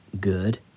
good